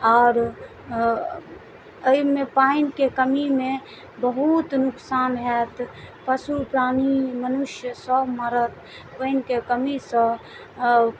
आर अइमे पानिके कमीमे बहुत नोकसान हैत पशु प्राणी मनुष्य सभ मरत पानिके कमीसँ